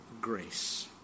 grace